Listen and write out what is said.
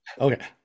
okay